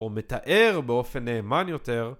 או מתאר באופן נאמן יותר